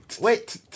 Wait